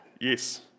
Yes